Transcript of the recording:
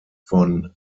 von